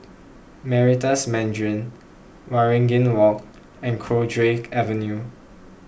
Meritus Mandarin Waringin Walk and Cowdray Avenue